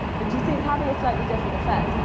but do you see, it's having a slightly different effect.